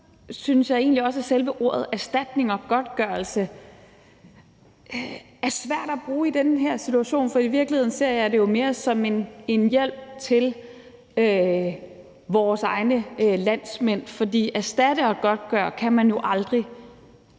at ord som erstatning og godtgørelse er svære at bruge i den her situation. For i virkeligheden ser jeg det jo mere som en hjælp til vores egne landsmænd. Man kan jo aldrig